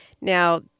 Now